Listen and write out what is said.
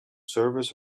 servers